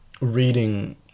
reading